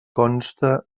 consta